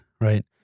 right